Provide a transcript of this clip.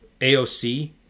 AOC